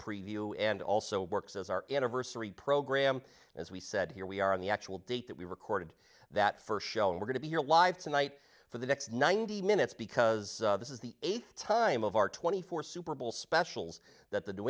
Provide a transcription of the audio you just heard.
preview and also works as our anniversary program as we said here we are on the actual date that we recorded that first show and we're going to be here live tonight for the next ninety minutes because this is the eighth time of our twenty four super bowl specials that the